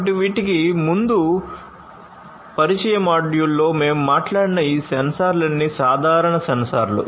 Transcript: కాబట్టి వీటికి ముందు పరిచయ మాడ్యూల్లో మేము మాట్లాడిన ఈ సెన్సార్లన్నీ సాధారణ సెన్సార్లు